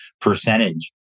percentage